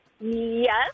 Yes